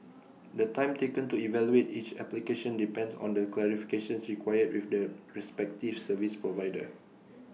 the time taken to evaluate each application depends on the clarifications required with the respective service provider